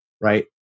right